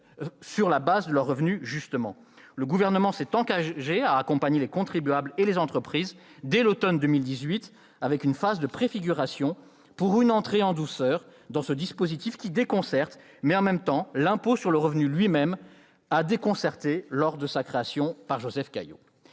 sur la base de leurs revenus de 2019. Le Gouvernement s'est engagé à accompagner les contribuables et les entreprises dès l'automne 2018 avec une phase de préfiguration, pour une entrée en douceur dans ce dispositif qui déconcerte. Mais, en d'autres temps, l'impôt sur le revenu lui-même a déconcerté lors de sa création par Joseph Caillaux.